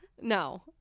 no